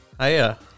Hiya